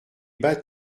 bas